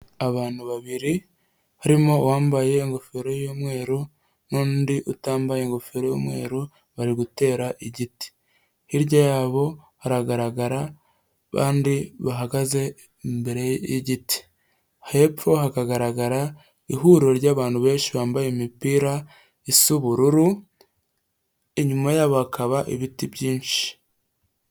Abantu babiri harimo uwambaye ingofero y'umweru, n'undi utambaye ingofero y'umweru bari gutera igiti. Hirya yabo hagaragara abandi bahagaze imbere y'igiti,, hepfo hakagaragara ihuriro ry'abantu benshi bambaye imipira isa ubururu, inyuma yabo bakaba ibiti byinshi.